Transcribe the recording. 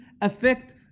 affect